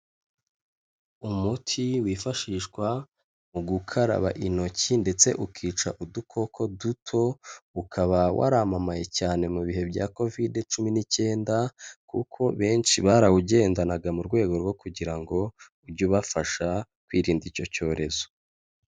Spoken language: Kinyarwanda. Umuti wifashishwa mu gukaraba intoki ndetse ukica udukoko duto, ukaba waramamaye cyane mu bihe bya covid cumi n'ikenda, kuko benshi barawugendanaga mu rwego rwo kugira ngo ujye ubafasha kwirinda icyo cyorezo.